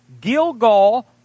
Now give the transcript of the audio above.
Gilgal